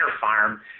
farm